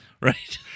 right